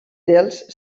dels